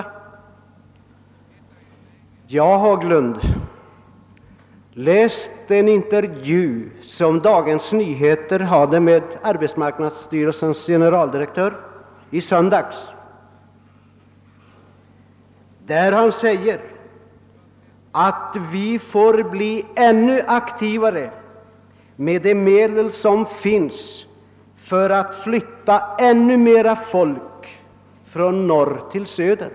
Jag vill be herr Haglund att läsa den intervju i Dagens Nyheter i söndags där arbetsmarknadsstyrelsens generaldirektör säger att man ännu aktivare skall använda de medel som finns för att flytta mera folk från norr till söder.